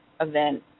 event